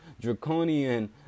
draconian